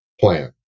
plan